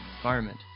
environment